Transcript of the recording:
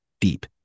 deep